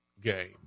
game